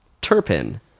Turpin